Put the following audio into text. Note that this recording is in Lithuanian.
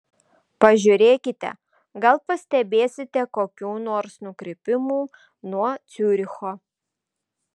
pažiūrėkite gal pastebėsite kokių nors nukrypimų nuo ciuricho